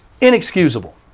inexcusable